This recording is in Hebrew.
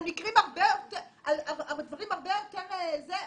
על דברים פחות חמורים